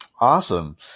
Awesome